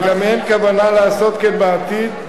וגם אין כוונה לעשות כן בעתיד,